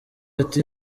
ati